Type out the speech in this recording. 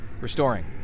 Restoring